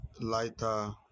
lighter